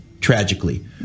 tragically